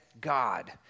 God